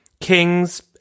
Kings